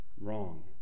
Wrong